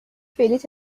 بلیط